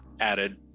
added